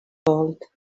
old